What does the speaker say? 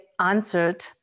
answered